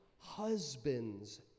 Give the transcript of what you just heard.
husbands